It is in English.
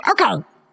Okay